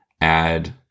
add